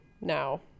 now